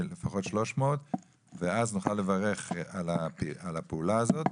לפחות 300 ואז נוכל לברך על הפעולה הזאת.